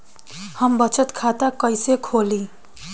हम बचत खाता कइसे खोलीं?